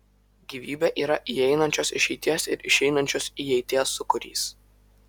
gyvybė yra įeinančios išeities ir išeinančios įeities sūkurys